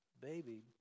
baby